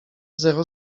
zero